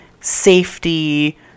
safety